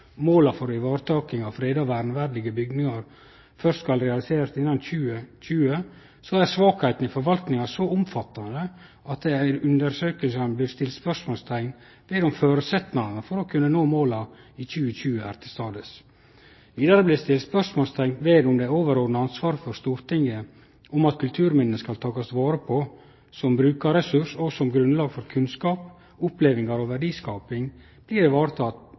måla for varetaking av freda og verneverdige bygningar først skal realiserast innan 2020, er svakheitene i forvaltinga så omfattande at det i undersøkinga blir sett spørsmålsteikn ved om føresetnadene for å kunne nå måla i 2020 er til stades. Vidare blir det sett spørsmålsteikn ved om det overordna ansvaret til Stortinget for at kulturminne skal takast vare på som brukarressurs og som grunnlag for kunnskap, opplevingar og verdiskaping,